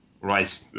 right